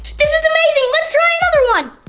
this is amazing, let's try another one!